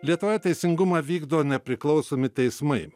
lietuvoje teisingumą vykdo nepriklausomi teismai